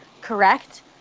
correct